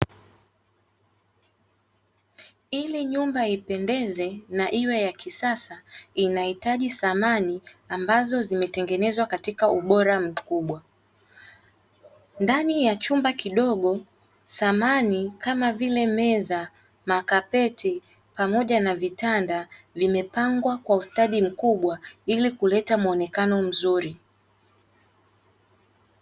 Ili nyumba ipendeze na iwe ya kisasa inahitaji samani ambazo zimetengenezwa katika ubora mkubwa. Ndani ya chumba kidogo samani kama vile meza, makapeti pamoja na vitanda, vimepangwa kwa ustadi mkubwa, ili kuleta muonekano mzuri.